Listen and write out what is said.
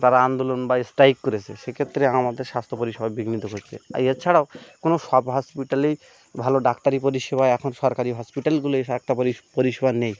তারা আন্দোলন বা স্ট্রাইক করেছে সেক্ষেত্রে আমাদের স্বাস্থ্য পরিষেবা বিঘ্নিত হচ্ছে এ এছাড়াও কোনো সব হসপিটালেই ভালো ডাক্তারি পরিষেবা এখন সরকারি হসপিটালগুলোয় পরিষেবা নেই